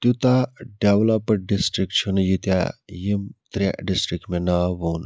تیوٗتاہ developed district چھُنہٕ ییٖتیٛاہ یِم ترٛےٚ ڈِسٹرٛک یہِ مےٚ ناو ووٚن